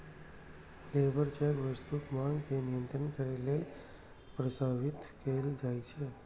labour check वस्तुक मांग के नियंत्रित करै लेल प्रस्तावित कैल जाइ छै